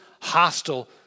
hostile